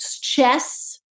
chess